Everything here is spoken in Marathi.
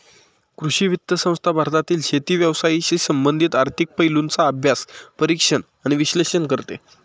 कृषी वित्त संस्था भारतातील शेती व्यवसायाशी संबंधित आर्थिक पैलूंचा अभ्यास, परीक्षण आणि विश्लेषण करते